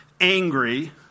angry